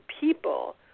people